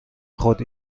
خود